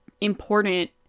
important